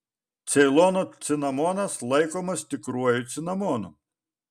ceilono cinamonas laikomas tikruoju cinamonu